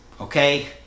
okay